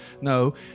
No